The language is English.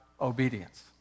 obedience